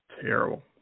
terrible